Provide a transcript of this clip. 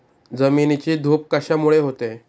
जमिनीची धूप कशामुळे होते?